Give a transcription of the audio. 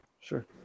sure